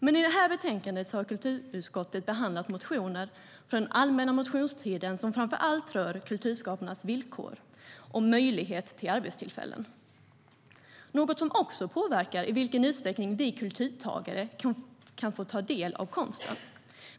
Men i det här betänkandet har kulturutskottet behandlat motioner från den allmänna motionstiden som framför allt rör kulturskaparnas villkor och möjlighet till arbetstillfällen - något som också påverkar i vilken utsträckning vi kulturtagare kan få ta del av konsten.